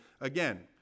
again